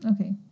Okay